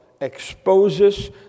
exposes